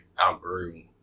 outgrew